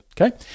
Okay